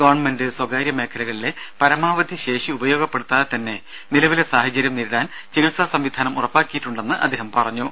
government സ്വകാര്യ മേഖലകളിലെ പരമാവധി ശേഷി ഉപയോഗപ്പെടുത്താതെ തന്നെ നിലവിലെ സാഹചര്യം നേരിടാൻ ചികിത്സാ സംവിധാനം ഉറപ്പാക്കിയിട്ടുണ്ടെന്ന് അദ്ദേഹം പറഞ്ഞു